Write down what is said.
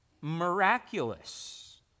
miraculous